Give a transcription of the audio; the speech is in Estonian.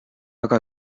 aga